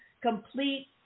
complete